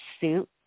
suit